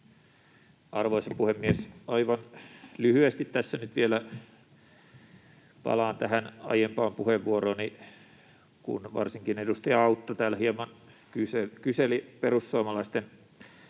Arvoisa puhemies! Aivan lyhyesti tässä nyt vielä palaan tähän aiempaan puheenvuorooni, kun varsinkin edustaja Autto täällä hieman kyseli perussuomalaisten kantoja